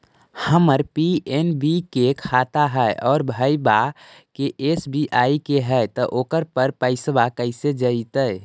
हमर पी.एन.बी के खाता है और भईवा के एस.बी.आई के है त ओकर पर पैसबा कैसे जइतै?